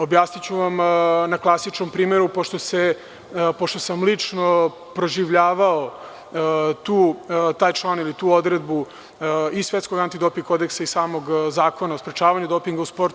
Objasniću vam na klasičnom primeru, pošto sam lično proživljavao taj član ili tu odredbu i svetskog antidoping kodeksa i samog Zakona o sprečavanju dopinga u sportu.